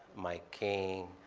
mike king.